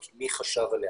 כי הרי מי בכלל חשב על זה